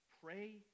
pray